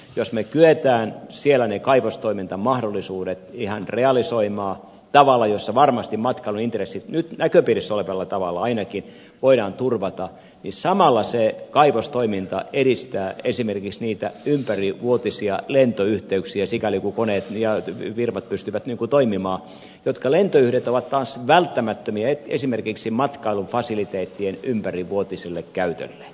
jos me kykenemme siellä ne kaivostoimintamahdollisuudet ihan realisoimaan tavalla jossa varmasti matkailuintressit ainakin nyt näköpiirissä olevalla tavalla voidaan turvata niin samalla se kaivostoiminta edistää esimerkiksi niitä ympärivuotisia lentoyhteyksiä sikäli kuin koneet ja firmat pystyvät toimimaan jotka lentoyhteydet ovat taas välttämättömiä esimerkiksi matkailufasiliteettien ympärivuotiselle käytölle